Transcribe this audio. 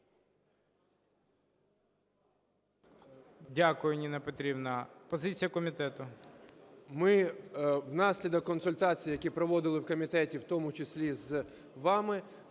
Дякую, Ніна Петрівна. Позиція комітету.